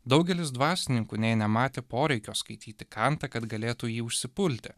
daugelis dvasininkų nei nematė poreikio skaityti kantą kad galėtų jį užsipulti